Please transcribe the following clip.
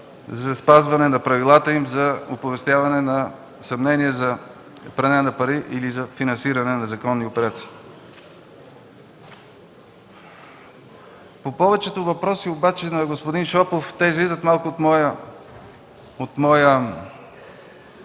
за спазване на правилата за оповестяване на съмнение за пране на пари или за финансиране на незаконни операции. По повечето въпроси на господин Шопов – те излизат малко от моя обхват